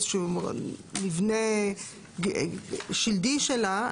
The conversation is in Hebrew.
איזה שהוא מבנה שלדי שלה,